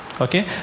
okay